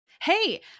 Hey